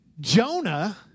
Jonah